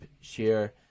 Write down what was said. share